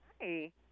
Hi